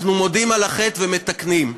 אנחנו מודים בחטא ומתקנים.